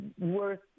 worth